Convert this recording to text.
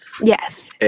yes